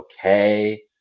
okay